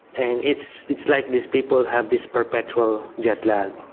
and it's it's like these people have this perpetual jetlag.